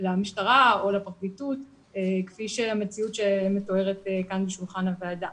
למשטרה או לפרקליטות כפי שהמציאות שמתוארת כאן בשולחן הוועדה.